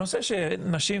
את הנושא של נשים,